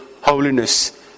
holiness